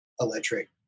electric